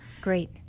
Great